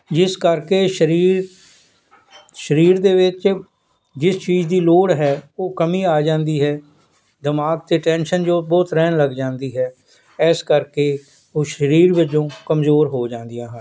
ਜਿਸ ਕਰਕੇ ਸਰੀਰ ਸਰੀਰ ਦੇ ਵਿੱਚ ਜਿਸ ਚੀਜ ਦੀ ਲੋੜ ਹੈ ਉਹ ਕਮੀ ਆ ਜਾਂਦੀ ਹੈ ਦਿਮਾਗ 'ਤੇ ਟੈਨਸ਼ਨ ਜੋ ਬਹੁਤ ਰਹਿਣ ਲੱਗ ਜਾਂਦੀ ਹੈ ਇਸ ਕਰਕੇ ਉਹ ਸਰੀਰ ਵਜੋਂ ਕਮਜ਼ੋਰ ਹੋ ਜਾਂਦੀਆਂ ਹਨ